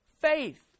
faith